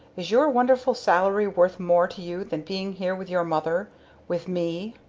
is your wonderful salary worth more to you than being here with your mother with me?